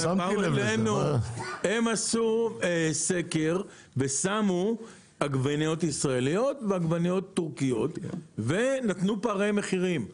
הם עשו סקר ושמו עגבניות ישראליות ועגבניות טורקיות ונתנו פערי מחירים.